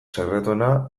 sakratuena